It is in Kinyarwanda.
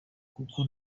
kuko